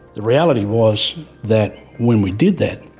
the reality was that when we did that,